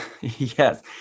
Yes